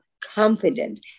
confident